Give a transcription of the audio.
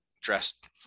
dressed